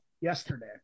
yesterday